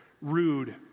rude